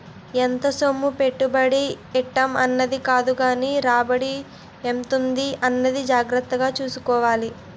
ఎంత సొమ్ము పెట్టుబడి ఎట్టేం అన్నది కాదుగానీ రాబడి ఎంతుంది అన్నది జాగ్రత్తగా సూసుకోవాలి